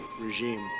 regime